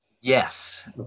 Yes